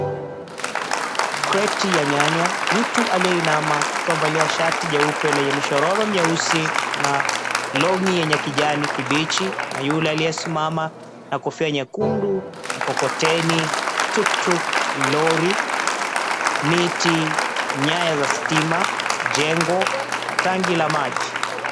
Kreti ya nyanya, mtu aliyeinama akiwa amevalia shati jeupe lenye mishororo mieusi na long'i yenye kijani kibichi na yule aliyesimama na kofia nyekundu mkokoteni, tuktuk , lori, miti, nyaya za stima, jengo na tangi la maji.